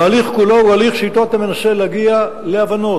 וההליך כולו הוא הליך שאתו אתה מנסה להגיע להבנות,